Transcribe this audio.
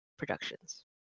Productions